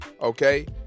okay